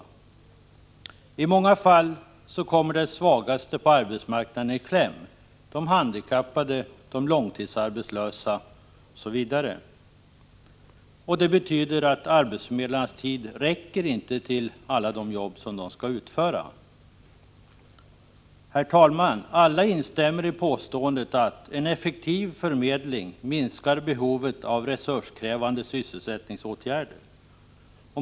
I många fall kommer de svagaste på arbetsmarknaden i kläm — handikappade, långtidsarbetslösa, osv. Arbetsförmedlarnas tid räcker inte till alla de jobb som de skall utföra. Herr talman! Alla instämmer i påståendet att en effektiv förmedling minskar behovet av resurskrävande sysselsättningsåtgärder.